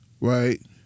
right